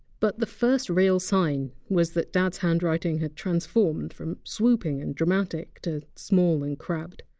but the first real sign was that dad! s handwriting had transformed from swooping and dramatic to small and crabbed.